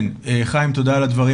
כן, חיים, תודה על הדברים.